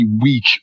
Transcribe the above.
weak